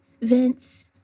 Vince